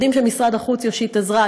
יודעים שמשרד החוץ יושיט עזרה,